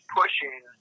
pushing